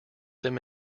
them